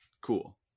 Cool